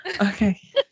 Okay